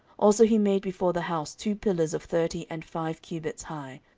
also he made before the house two pillars of thirty and five cubits high,